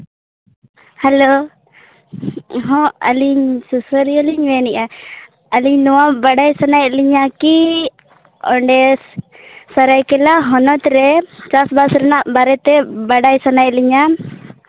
hello ᱦᱚᱸ ᱟᱹᱞᱤᱧ ᱥᱩᱥᱟᱹᱨᱤᱭᱟᱹ ᱞᱤᱧ ᱢᱮᱱᱮᱜᱼᱟ ᱟᱹᱞᱤᱧ ᱱᱚᱣᱟ ᱵᱟᱰᱟᱭ ᱥᱟᱱᱟᱭᱮᱜ ᱞᱤᱧᱟ ᱠᱤ ᱚᱸᱰᱮ ᱥᱚᱨᱟᱭᱠᱮᱞᱟ ᱦᱚᱱᱚᱛ ᱨᱮ ᱪᱟᱥᱼᱵᱟᱥ ᱨᱮᱱᱟᱜ ᱵᱟᱨᱮ ᱛᱮ ᱵᱟᱲᱟᱭ ᱥᱟᱱᱟᱭᱮᱜ ᱞᱤᱧᱟ